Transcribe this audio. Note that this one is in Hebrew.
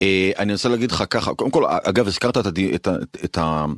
אני רוצה להגיד לך ככה, קודם כל, אגב, הזכרת את ה...